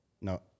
no